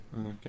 okay